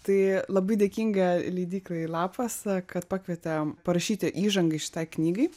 tai labai dėkinga leidyklai lapas kad pakvietė parašyti įžangą šitai knygai